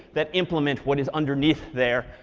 that implement what is underneath there,